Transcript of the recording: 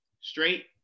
straight